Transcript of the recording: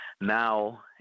Now